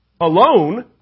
alone